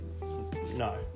no